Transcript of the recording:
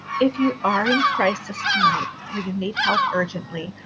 if you are in crisis tonight or you need help urgently,